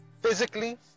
physically